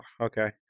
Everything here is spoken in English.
okay